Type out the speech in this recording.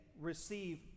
receive